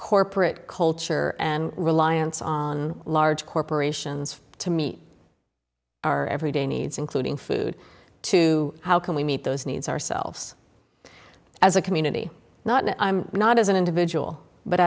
corporate culture and reliance on large corporations to meet our everyday needs including food to how can we meet those needs ourselves as a community not not i'm not as an individual but